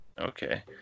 Okay